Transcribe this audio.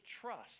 trust